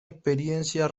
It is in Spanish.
experiencia